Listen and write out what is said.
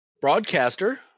Broadcaster